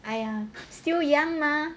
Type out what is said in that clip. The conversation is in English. !aiya! still young mah